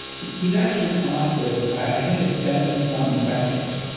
he's he's actually come up with, i think it's seventy some questions.